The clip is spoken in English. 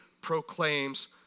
proclaims